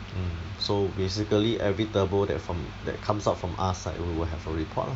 mm so basically every turbo that from that comes out from us right will have a report ah